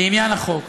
לעניין החוק,